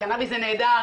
קנאביס זה נהדר,